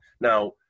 now